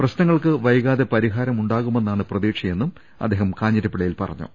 പ്രശ്നങ്ങൾക്ക് വൈകാതെ പരിഹാരമുണ്ടാകുമെന്നാണ് പ്രതീക്ഷയെന്നും അദ്ദേഹം കാഞ്ഞിരപ്പള്ളിയിൽ പറഞ്ഞു